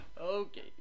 Okay